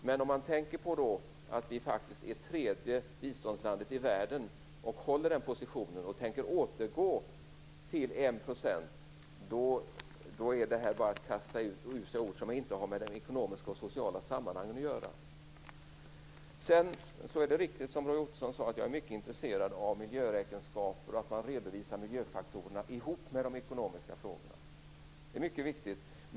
Men med tanke på att vi faktiskt är det tredje biståndslandet i världen, att vi behåller den positionen och tänker återgå till enprocentsmålet, är detta bara att kasta ur sig ord som inte har med de ekonomiska och sociala sammanhangen att göra. Sedan är det riktigt som Roy Ottosson sade, att jag är mycket intresserad av miljöräkenskaper och av att man redovisar miljöfaktorerna ihop med de ekonomiska frågorna. Det är mycket viktigt.